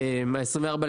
נציג משרד